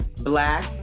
Black